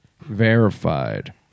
verified